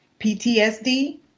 PTSD